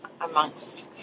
amongst